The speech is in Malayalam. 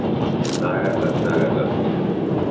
നാലാങ്ക്ളാസ് നാലാങ്ക്ളാസ്ല്